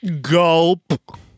Gulp